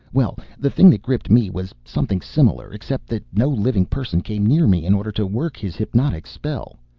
well, the thing that gripped me was something similar except that no living person came near me in order to work his hypnotic spell.